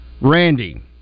Randy